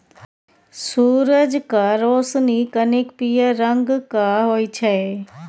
सुरजक रोशनी कनिक पीयर रंगक होइ छै